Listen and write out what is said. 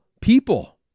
people